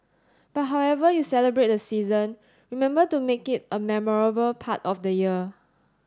but however you celebrate the season remember to make it a memorable part of the year